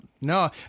No